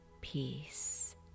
peace